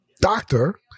doctor